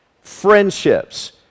friendships